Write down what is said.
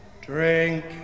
Drink